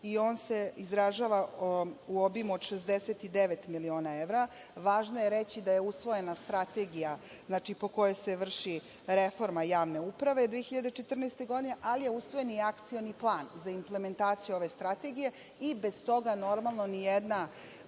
i on se izražava u obimu od 69 miliona evra. Važno je reći da je usvojena strategija po kojoj se vrši reforma javne uprave 2014. godine, ali je usvojen i Akcioni plan za implementaciju ove strategije i bez toga, normalno, ni jedna